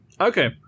Okay